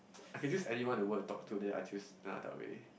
I can choose anyone to go and talk to then I choose Lana-Del-Rey